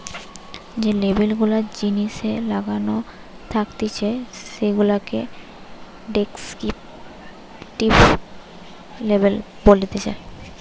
যে লেবেল গুলা জিনিসে লাগানো থাকতিছে সেগুলাকে ডেস্ক্রিপটিভ লেবেল বলতিছে